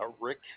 Rick